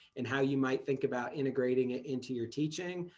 and how you might think about integrating it into your teaching,